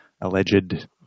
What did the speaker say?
alleged